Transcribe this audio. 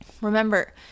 remember